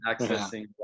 accessing